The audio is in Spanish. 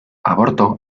aborto